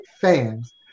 fans